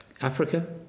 Africa